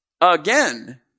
again